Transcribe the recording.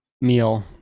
meal